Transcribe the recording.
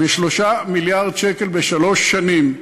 ב-3 מיליארד שקל בשלוש שנים,